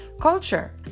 culture